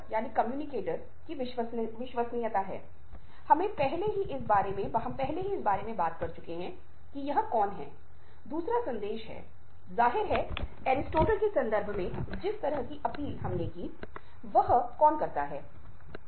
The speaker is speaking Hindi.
लेकिन सुनने में अवरोध हो सकते हैं और यह महसूस करना बहुत महत्वपूर्ण है कि पारस्परिक संचार में इन बाधाओं को दूर किया जाना चाहिए